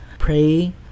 Pray